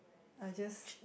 I just